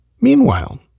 Meanwhile